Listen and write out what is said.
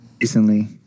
Recently